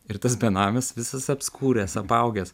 ir tas benamis visas apskuręs apaugęs